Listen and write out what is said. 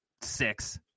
six